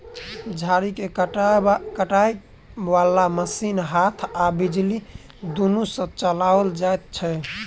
झाड़ी के काटय बाला मशीन हाथ आ बिजली दुनू सँ चलाओल जाइत छै